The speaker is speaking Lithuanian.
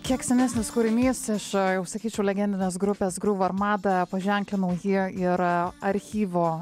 kiek senesnis kūrinys iš jau sakyčiau legendinės grupės gruvarmada paženklinau jie yra archyvo